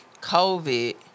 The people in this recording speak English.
COVID